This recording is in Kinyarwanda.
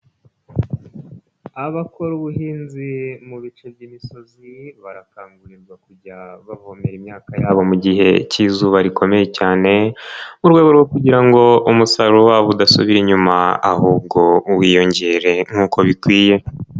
Abakora ubuhinzi mu bice by'imisozi barakangurirwa kujya bavomera imyaka yabo mu gihe cy'izuba rikomeye cyane ku rwego rwo kugira ngo umusaruro wabo udasubira inyuma ahubwo wiyongere nk'uko bikwiye.